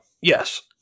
yes